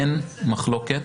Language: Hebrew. אין מחלוקת